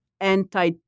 anti